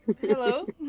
Hello